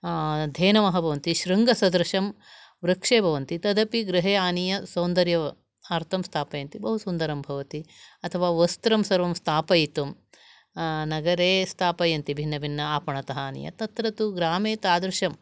धेनवः भवन्ति शृङ्गसदृशं वृक्षे भवन्ति तदपि गृहे आनीय सौन्दर्यार्थं स्थापयन्ति बहु सुन्दरं भवति अथवा वस्त्रं सर्वं स्थापयितुम् नगरे स्थापयन्ति भिन्नभिन्न आपणतः आनीय तत्र तु ग्रामे तादृशं